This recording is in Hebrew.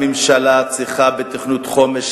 הממשלה צריכה בתוכנית חומש,